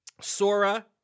Sora